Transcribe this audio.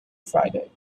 friday